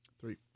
Three